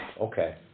Okay